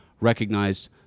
recognize